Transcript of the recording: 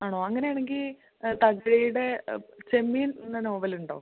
ആണോ അങ്ങനെ ആണെങ്കിൽ തകഴിയുടെ ചെമ്മീൻ എന്ന നോവൽ ഉണ്ടോ